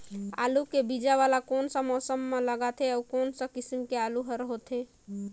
आलू के बीजा वाला कोन सा मौसम म लगथे अउ कोन सा किसम के आलू हर होथे?